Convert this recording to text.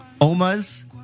Oma's